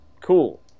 cool